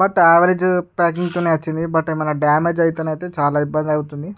but average ప్యాకింగుతోనే వచ్చింది but ఏమైనా డెమేజు అయితేనే అయితే చాలా ఇబ్బంది అవుతుంది